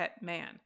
man